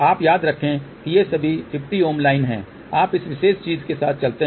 अब याद रखें कि ये सभी 50 Ω लाइन हैं आप इस विशेष चीज के साथ चलते हैं